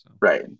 Right